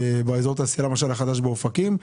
למשל באזור התעשייה החדש באופקים,